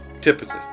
Typically